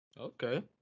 Okay